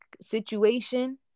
situation